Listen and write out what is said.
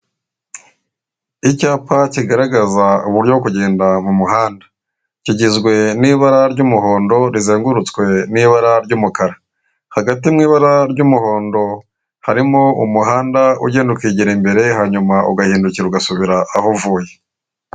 Icyapa kigaragaza uburyo bwo kugenda mu muhanda, kigizwe n'ibara ry'umuhondo rizengurutswe n'ibara ry'umukara, hagati mu ibara ry'umuhondo harimo umuhanda ugenda ukegera imbere hanyuma ugahindukira ugasubira aho uvuye.